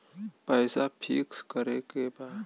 पैसा पिक्स करके बा?